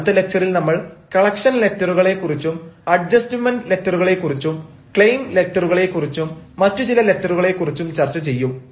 അടുത്ത ലക്ച്ചറിൽ നമ്മൾ കളക്ഷൻ ലെറ്ററുകളെ കുറിച്ചും അഡ്ജസ്റ്റ്മെന്റ് ലെറ്ററുകളെക്കുറിച്ചും ക്ലെയിം ലെറ്ററുകളെ കുറിച്ചും മറ്റു ചില ലെറ്ററുകളെ കുറിച്ചും ചർച്ചചെയ്യും